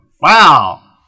wow